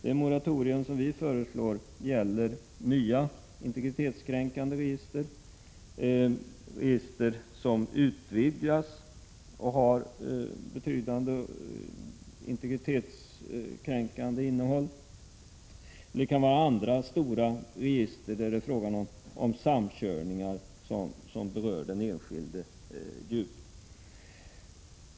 Det moratorium vi föreslår gäller nya, integritetskränkande register, register som utvidgas och har betydande integritetskränkande innehåll. Det kan vara andra stora register där det är fråga om samkörningar som berör den enskilde djupt.